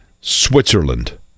Switzerland